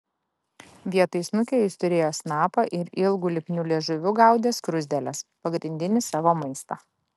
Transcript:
vietoj snukio jis turėjo snapą ir ilgu lipniu liežuviu gaudė skruzdėles pagrindinį savo maistą